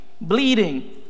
bleeding